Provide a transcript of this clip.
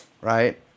right